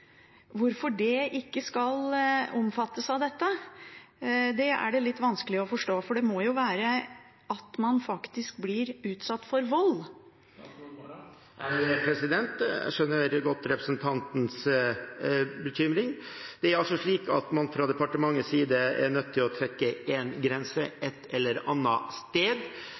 det hjemmet, ikke skal omfattes av dette? Det er det litt vanskelig å forstå – for det må jo være å bli utsatt for vold? Jeg skjønner veldig godt representantens bekymring. Det er slik at man fra departementets side er nødt til å trekke en grense ett eller annet sted.